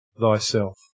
thyself